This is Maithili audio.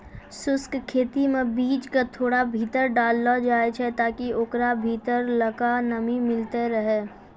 शुष्क खेती मे बीज क थोड़ा भीतर डाललो जाय छै ताकि ओकरा भीतरलका नमी मिलतै रहे